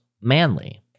manly